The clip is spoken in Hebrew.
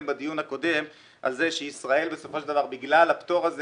בדיון הקודם על זה שישראל בסופו של דבר בגלל הפטור הזה